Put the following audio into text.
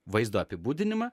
vaizdo apibūdinimą